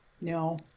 No